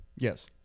Yes